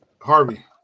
Harvey